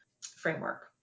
framework